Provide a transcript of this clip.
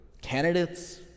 candidates